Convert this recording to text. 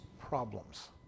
problems